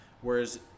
Whereas